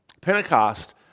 Pentecost